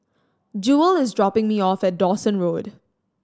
Jewel is dropping me off at Dawson Road